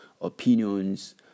opinions